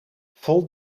vol